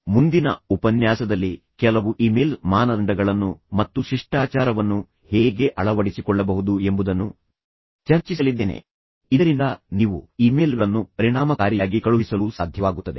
ಈಗ ಮುಂದಿನ ಉಪನ್ಯಾಸದಲ್ಲಿ ನಾವು ಕೆಲವು ಇಮೇಲ್ ಮಾನದಂಡಗಳನ್ನು ಹೇಗೆ ರೂಪಿಸಬಹುದು ಮತ್ತು ಅದರ ಶಿಷ್ಟಾಚಾರವನ್ನು ಹೇಗೆ ಅಳವಡಿಸಿಕೊಳ್ಳಬಹುದು ಎಂಬುದನ್ನು ಚರ್ಚಿಸಲಿದ್ದೇನೆ ಇದರಿಂದ ನೀವು ಇಮೇಲ್ಗಳನ್ನು ಪರಿಣಾಮಕಾರಿಯಾಗಿ ಕಳುಹಿಸಲು ಸಾಧ್ಯವಾಗುತ್ತದೆ